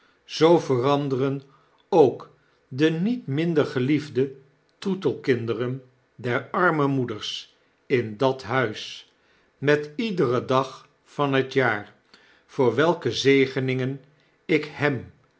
zoo veranderen ook de niet minder geliefde troetelkinderen der arme moeders in dat huis met iederen dag van het jaar voor welke zegeningen ik hem